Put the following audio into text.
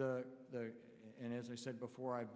and as i said before i've